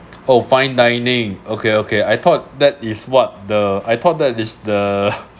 oh fine dining okay okay I thought that is what the I thought that this the